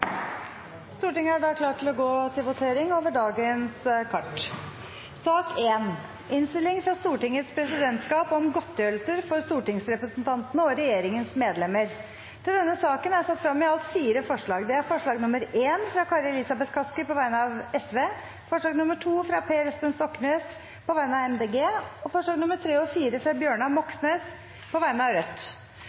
Stortinget klar til å gå til votering. Under debatten er det satt fram i alt fire forslag. Det er: forslag nr. 1, fra Kari Elisabeth Kaski på vegne av Sosialistisk Venstreparti forslag nr. 2, fra Per Espen Stoknes på vegne av Miljøpartiet De Grønne forslagene nr. 3 og 4, fra Bjørnar Moxnes, på vegne av Rødt